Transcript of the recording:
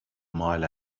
mile